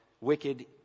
wicked